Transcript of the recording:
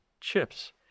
chips